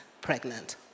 pregnant